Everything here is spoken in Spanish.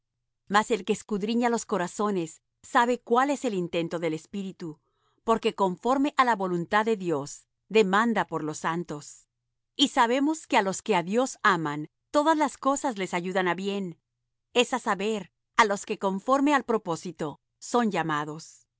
mas el que escudriña los corazones sabe cuál es el intento del espíritu porque conforme á la voluntad de dios demanda por los santos y sabemos que á los que á dios aman todas las cosas les ayudan á bien es á saber á los que conforme al propósito son llamados